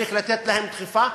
צריך לתת להם דחיפה,